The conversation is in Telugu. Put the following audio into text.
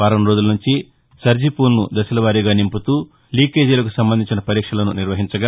వారం రోజుల నుంచి సర్దిపూల్ను దశల వారీగా నింపుతూ లీకేజీలకు సంబంధించిన పరీక్షలను నిర్వహించగా